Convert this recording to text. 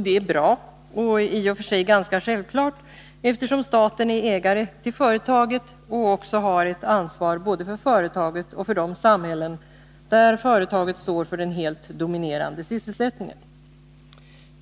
Det är bra och i och för sig ganska självklart, eftersom staten är ägare till företaget och har ett ansvar både för företaget och för de samhällen där företaget står för den helt dominerande sysselsättningen.